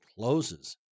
closes